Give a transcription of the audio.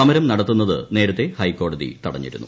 സ്മര്ം നടത്തുന്നത് നേരത്തെ ഹൈക്കോടതി തടഞ്ഞിരുന്നു